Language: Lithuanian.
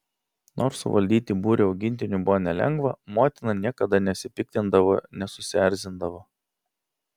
nors suvaldyti būrį augintinių buvo nelengva motina niekada nesipiktindavo nesusierzindavo